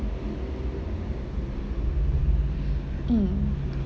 mm